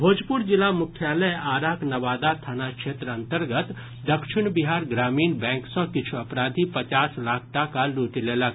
भोजपुर जिला मुख्यालय आराक नवादा थाना क्षेत्र अन्तर्गत दक्षिण बिहार ग्रामीण बैंक सँ किछु अपराधी पचास लाख टाका लूटि लेलक